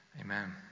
Amen